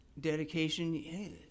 dedication